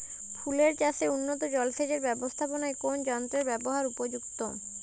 ফুলের চাষে উন্নত জলসেচ এর ব্যাবস্থাপনায় কোন যন্ত্রের ব্যবহার উপযুক্ত?